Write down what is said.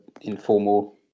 informal